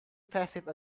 passive